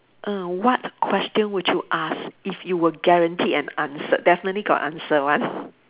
err what question would you ask if you were guaranteed an answer definitely got answer one